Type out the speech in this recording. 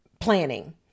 planning